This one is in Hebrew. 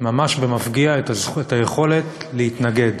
ממש במפגיע את היכולת להתנגד.